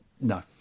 No